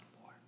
more